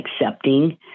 accepting